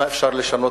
מה כבר אפשר לשנות,